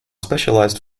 specialized